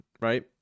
right